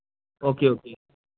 okay okay